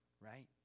right